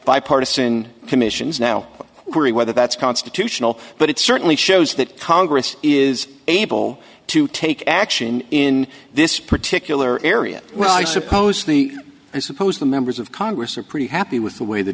bipartisan commissions now agree whether that's constitutional but it certainly shows that congress is able to take action in this particular area well i suppose the i suppose the members of congress are pretty happy with the way the